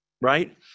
right